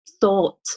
thought